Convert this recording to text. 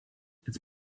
it’s